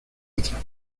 otros